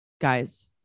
guys